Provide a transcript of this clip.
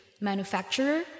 manufacturer